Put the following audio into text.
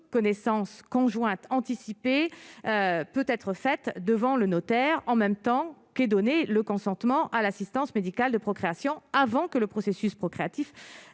reconnaissance conjointe peut-être faites devant le notaire en même temps qu'est donné le consentement à l'assistance médicale de procréation avant que le processus procréatif